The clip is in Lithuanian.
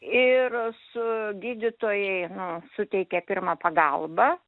ir su gydytojai nu suteikė pirmą pagalbą